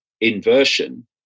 inversion